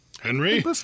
Henry